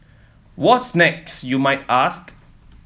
what's next you might ask